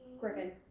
Griffin